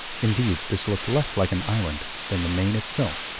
indeed, this looked less like an island than the main itself.